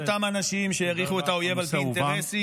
לא אותם אנשים שהעריכו את האויב על פי אינטרסים,